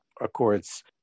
Accords